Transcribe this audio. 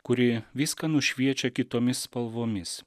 kuri viską nušviečia kitomis spalvomis